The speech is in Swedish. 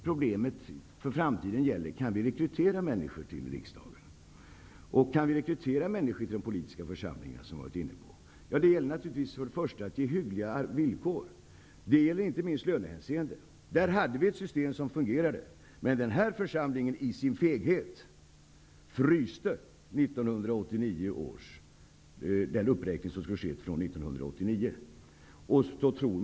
Problemet för framtiden är ju om vi kan rekrytera människor till riksdagen och till de politiska församlingarna. Vi har varit inne på den frågan. Självfallet gäller det först och främst att medge hyggliga villkor, inte minst i lönehänseende. Vi hade tidigare ett system som fungerade. Men den här församlingen åstadkom av feghet en frysning beträffande den uppräkning från 1989 som skulle ha skett.